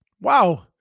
wow